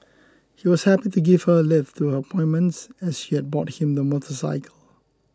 he was happy to give her a lift to her appointment as she had bought him the motorcycle